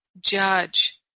judge